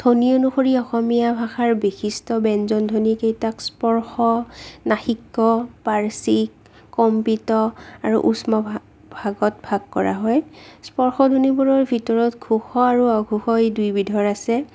ধ্বনি অনুসৰি অসমীয়া ভাষাৰ বিশিষ্ট ব্যঞ্জন ধ্বনি কেইটাক স্পৰ্শ নাশিক্য় পাৰ্শ্ৱিক কম্পিত আৰু উস্ম ভাগ ভাগত ভাগ কৰা হয় স্পৰ্শ ধ্বনিবোৰৰ ভিতৰত ঘোষ আৰু অঘোষ এই দুই বিধৰে আছে